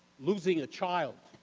losing a child,